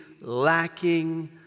lacking